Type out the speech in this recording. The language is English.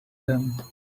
him